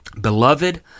Beloved